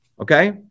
okay